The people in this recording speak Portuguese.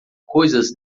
coisas